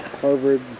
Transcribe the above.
Harvard